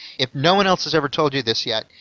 if no one else has ever told you this yet,